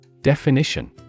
Definition